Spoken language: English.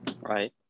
right